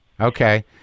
Okay